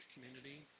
community